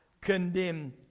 condemn